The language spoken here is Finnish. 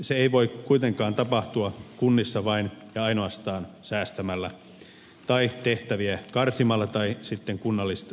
se ei voi kuitenkaan tapahtua kunnissa vain ja ainoastaan säästämällä tai tehtäviä karsimalla tai kunnallisveroa kiristämällä